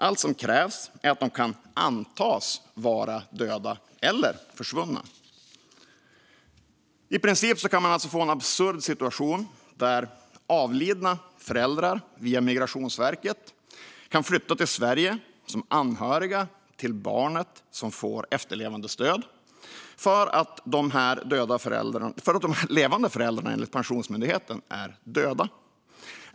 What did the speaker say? Allt som krävs är att föräldrarna kan antas vara döda eller försvunna. I princip kan man alltså få en absurd situation där "avlidna" föräldrar via Migrationsverket kan flytta till Sverige som anhöriga till barnet som får efterlevandestöd för att de här levande föräldrarna enligt Pensionsmyndigheten är döda.